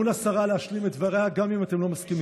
12 אנשים יש,